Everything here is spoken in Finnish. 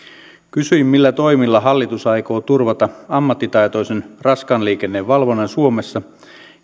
kysyin millä toimilla hallitus aikoo turvata ammattitaitoisen raskaan liikenteen valvonnan suomessa